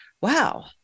wow